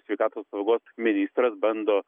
sveikatos apsaugos ministras bando